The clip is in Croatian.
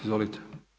Izvolite.